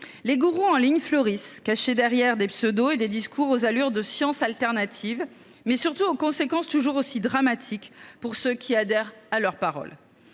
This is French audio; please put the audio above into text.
Les gourous en ligne fleurissent, cachés derrière des pseudonymes et des discours aux allures de science alternative. Mais les conséquences sont toujours aussi dramatiques pour ceux qui adhèrent à leur parole.